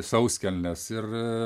sauskelnes ir